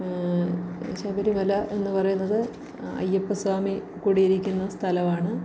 ശബരിമല എന്ന് പറയുന്നത് അയ്യപ്പസ്വാമി കുടിയിരിക്കുന്ന സ്ഥലമാണ്